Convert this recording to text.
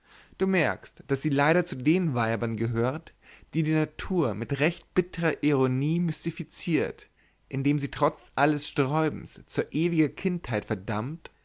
du merkst daß sie leider zu den weibern gehört die die natur mit recht bittrer ironie mystifiziert indem sie trotz alles sträubens zu ewiger kindheit verdammt